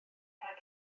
rhoi